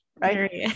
right